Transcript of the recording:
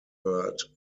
third